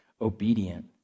obedient